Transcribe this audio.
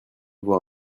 voir